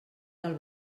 del